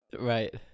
right